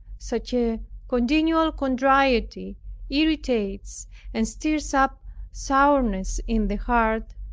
such a continual contrariety irritates and stirs up sourness in the heart.